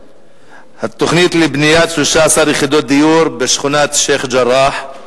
התוכנית לבניית 13 יחידות דיור בשכונת שיח'-ג'ראח,